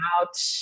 out